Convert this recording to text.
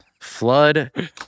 Flood